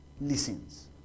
listens